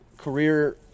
career